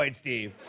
um steve.